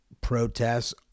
protests